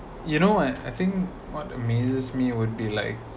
you know I I think what amazes me would be like